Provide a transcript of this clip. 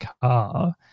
car